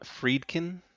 Friedkin